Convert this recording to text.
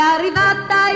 arrivata